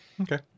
okay